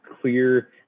clear